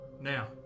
Now